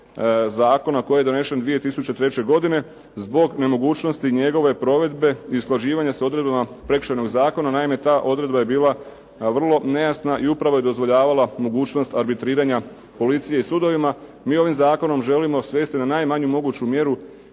zakona koji je donesen 2003. godine zbog nemogućnosti njegove provedbe i usklađivanja s odredbama Prekršajnog zakona. Naime, ta odredba je bila vrlo nejasna i upravo je dozvoljavala mogućnost arbitriranja policije sudovima. Mi ovim zakonom želimo svesti na najmanju moguću mjeru